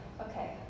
Okay